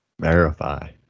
verify